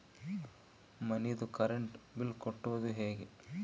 ಮನಿದು current bill ಕಟ್ಟೊದು ಹೇಗೆ?